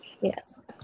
Yes